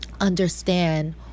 understand